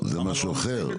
זה משהו אחר.